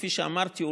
כפי שאמרתי,